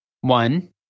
One